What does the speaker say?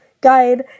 guide